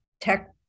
tech